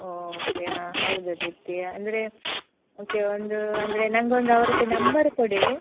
okay ಹಾಂ ಹೌದಾ ದೀಪ್ತಿ ಅಂದರೆ ಓಕೆ ಒಂದು ಅಂದರೆ ನಂಗೊಂದು ಅವ್ರದು ನಂಬರ್ ಕೊಡಿ